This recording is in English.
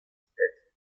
spreadsheet